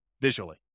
visually